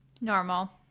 Normal